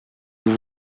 vous